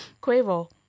Quavo